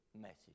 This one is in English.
message